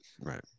Right